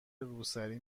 روسری